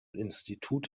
institut